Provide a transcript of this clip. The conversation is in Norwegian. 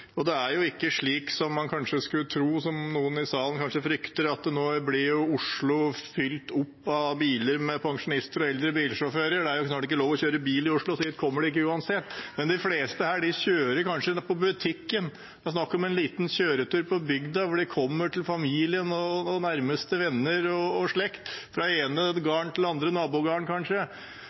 Det er ikke slik man kanskje skulle tro, og som noen i salen kanskje frykter, at Oslo nå blir fylt opp av biler med pensjonister og eldre bilsjåfører – det er jo snart ikke lov til å kjøre bil i Oslo, så hit kommer de ikke uansett. De fleste kjører kanskje til butikken, det er snakk om en liten kjøretur på bygda, til familien, nærmeste venner og slekt, fra den ene gården til nabogården, kanskje.